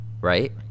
right